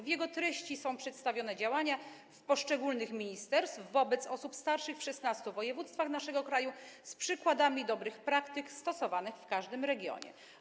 W jego treści przedstawione są działania poszczególnych ministerstw wobec osób starszych w 16 województwach naszego kraju z przykładami dobrych praktyk stosowanych w każdym z tych regionów.